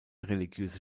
religiöse